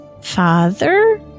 father